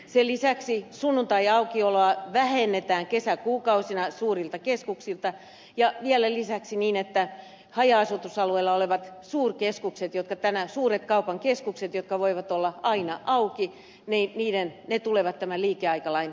sen lisäksi sunnuntaiaukioloa vähennetään kesäkuukausina suurilta keskuksilta ja vielä lisäksi niin että haja asutusalueilla olevat suurkeskukset suuret kaupan keskukset jotka voivat olla aina auki tulevat tämän liikeaikalain piiriin